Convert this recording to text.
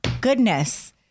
goodness